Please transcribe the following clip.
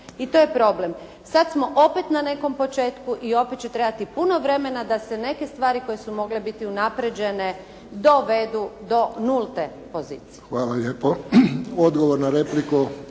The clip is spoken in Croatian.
I to je problem. Sad smo opet na nekom početku i opet će trebati puno vremena da se neke stvari koje su mogle biti unaprjeđene dovedu do nulte pozicije.